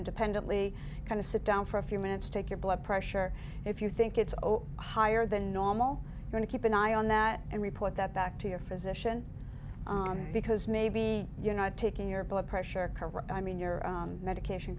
independently kind of sit down for a few minutes take your blood pressure if you think it's higher than normal going to keep an eye on that and report that back to your physician because maybe you're not taking your blood pressure i mean your medication